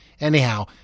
Anyhow